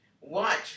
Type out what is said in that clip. Watch